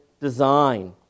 design